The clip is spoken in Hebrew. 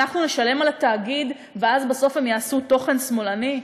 אנחנו נשלם על התאגיד ואז בסוף הם יעשו תוכן שמאלני?